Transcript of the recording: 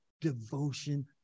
devotion